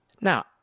Now